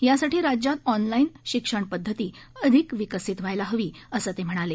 यासाठी राज्यात ऑनलाईन शिक्षणपद्वती अधिक विकसित व्हायला हवी असं ते म्हणाले